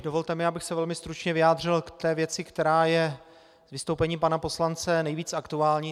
Dovolte mi, abych se velmi stručně vyjádřil k té věci, která je z vystoupení pana poslance nejvíc aktuální.